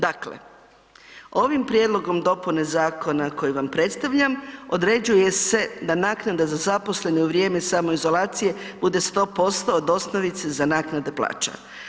Dakle, ovim prijedlogom dopune zakona koji vam predstavljam određuje se da naknada za zaposlene u vrijeme samoizolacije bude 100% od osnovice za naknade plaća.